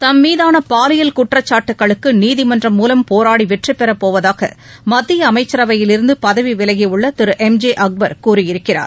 தம்மீதான பாலியல் குற்றச்சாட்டுகளுக்கு நீதிமன்றம் மூலம் போராடி வெற்றிபெறப் போவதாக மத்திய அமைச்சரவையிலிருந்து பதவி விலகியுள்ள திரு எம் தே அங்பா கூறியிருக்கிறார்